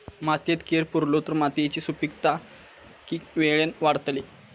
मातयेत कैर पुरलो तर मातयेची सुपीकता की वेळेन वाडतली?